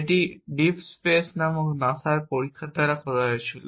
এটি deep space নামক নাসার পরীক্ষা দ্বারা করা হয়েছিল